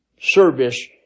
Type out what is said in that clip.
service